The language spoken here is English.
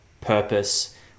purpose